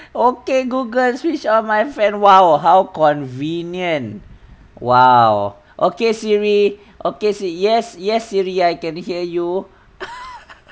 okay google switch on my fan !wow! how convenient !wow! okay siri okay si~ yes yes siri I can hear you